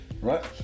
right